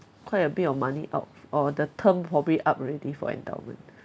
quite a bit of money out or the term probably up already for endowment